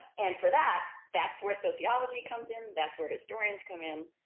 and for that, that's where sociology comes in. that's where historians come in.